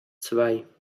zwei